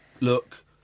look